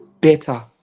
better